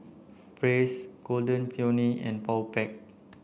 Praise Golden Peony and Powerpac